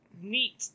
Neat